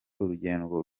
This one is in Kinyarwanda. urugendo